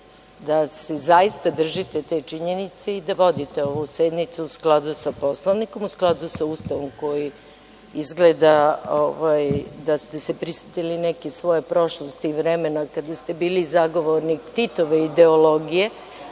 da se zaista držite te činjenice i da vodite ovu sednicu u skladu sa Poslovnikom, u skladu sa Ustavom, izgleda da ste se prisetili neke svoje prošlosti i vremena kada ste bili zagovornik Titove ideologije,